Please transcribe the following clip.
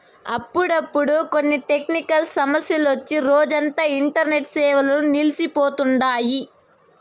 అప్పుడప్పుడు కొన్ని టెక్నికల్ సమస్యలొచ్చి రోజంతా ఇంటర్నెట్ సేవలు నిల్సి పోతండాయి